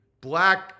black